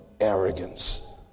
arrogance